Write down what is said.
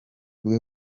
bwe